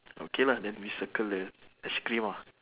okay lah then we circle the ice cream ah